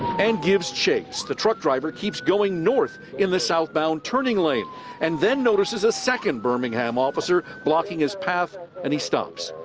and gives chase. the truck driver keeps going north in the southbound turning lane and then notices a second birmingham officer blockig his path and stops.